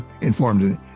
informed